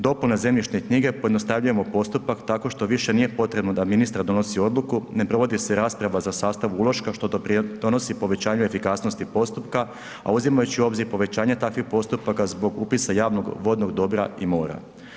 Dopuna zemljišne knjige pojednostavljujemo postupak tako što više nije potrebno da ministar donosi odluku, ne provodi se rasprava za sastav uloška, što dopridonosi povećaju efikasnosti postupka, a uzimajući u obzir povećanje takvih postupaka zbog upisa javnog vodnog dobra i mora.